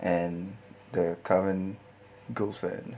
and the current girlfriend